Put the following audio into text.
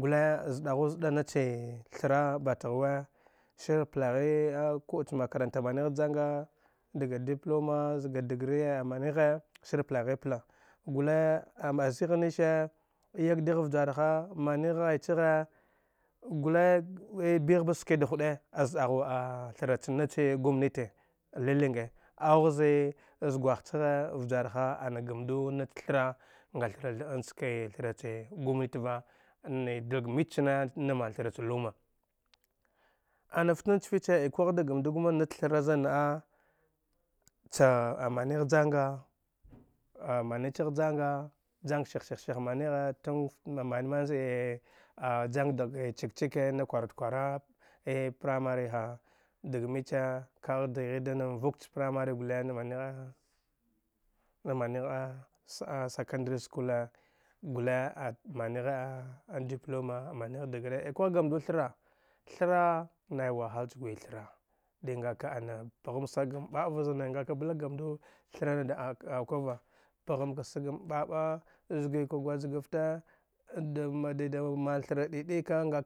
gule zɗa ghu zɗa na che thra batagh we shir plaghi a ku’a cha akranta manigh janga ɗga diploma zga dgree amani ghe shir plaghipla gule ama zigh nnishe yagdigh vjarha manigh ghai cha ghe gule bigh ba ski da huɗe az aghu a thara ch nache gumnite lilinge augh zi zgwagh chaghe vjarha ana gamduwa nach thra nga thra tha’an chkarini thrach gumnit va ne dag michane na man thara hc luma anafta nach fiche ikwag da gamndu gma nach thra zan nau cha amanigh janga amani chagh janaga jang shih-shih shih manighe tang a zee a jang dage tiuk tiukwe na kwarud kwana a pramari ha dag micha kagh dghida nam vuk cha pramari gule na ma nigha sakandri skule gule a manigh a diploma amanigh dgree ikwagh gamdu thra thra nai wahal cha guyi thra dingaka ana pgham sagam ɓaɓ va zane nga ka blak gamdu thra nada auka va pgham ka sagam baba zugwi ka gwajgafte dida man thra didi yka nga